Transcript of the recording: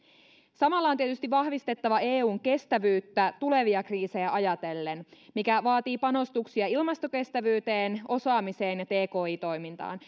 samalla on tietysti vahvistettava eun kestävyyttä tulevia kriisejä ajatellen mikä vaatii panostuksia ilmastokestävyyteen osaamiseen ja tki toimintaan